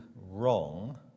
wrong